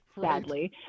sadly